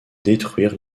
détruire